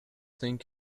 think